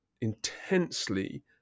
intensely